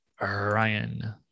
Ryan